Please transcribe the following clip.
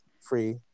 free